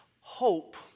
Hope